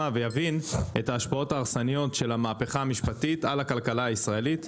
ויבין את ההשפעות ההרסניות של המהפכה המשפטית על הכלכלה הישראלית.